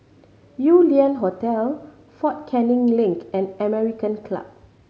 Yew Lian Hotel Fort Canning Link and American Club